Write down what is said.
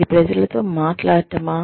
ఇది ప్రజలతో మాట్లాడటమా